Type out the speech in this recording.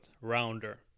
rounder